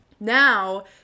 Now